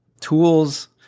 tools